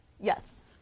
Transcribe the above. Yes